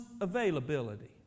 availability